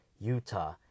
Utah